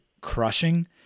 crushing